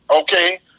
Okay